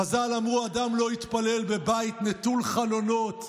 חז"ל אמרו: אדם לא יתפלל בבית נטול חלונות.